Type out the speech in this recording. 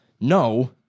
no